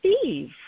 Steve